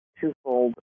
twofold